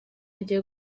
agiye